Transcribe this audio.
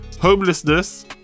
homelessness